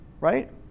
Right